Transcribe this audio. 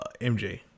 MJ